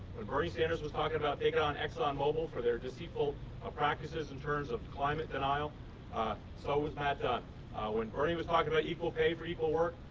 when bernie sanders was talking about taking on exxonmobile for their deceitful ah practices in terms of climate denial so was matt dunne when bernie was talking about equal pay for equal work,